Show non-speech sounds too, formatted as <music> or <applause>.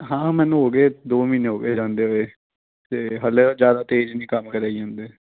ਹਾਂ ਮੈਨੂੰ ਹੋ ਗਏ ਦੋ ਮਹੀਨੇ ਹੋ ਗਏ ਜਾਂਦੇ ਹੋਏ ਅਤੇ ਹੱਲੇ <unintelligible> ਜ਼ਿਆਦਾ ਤੇਜ਼ ਨਹੀਂ ਕੰਮ ਕਰਵਾਈ ਜਾਂਦੇ